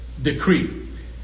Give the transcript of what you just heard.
decree